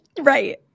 Right